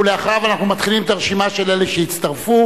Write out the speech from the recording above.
ואחריו אנחנו מתחילים את הרשימה של אלה שהצטרפו,